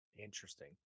Interesting